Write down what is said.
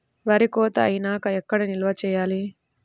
వరి కోత అయినాక ఎక్కడ నిల్వ చేయాలి?